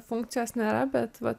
funkcijos nėra bet va